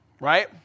right